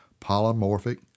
polymorphic